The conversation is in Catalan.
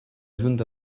junta